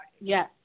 Yes